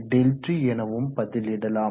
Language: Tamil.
015×∆T எனவும் பதிலிடலாம்